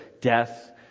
Death